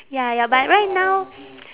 ya ya but right now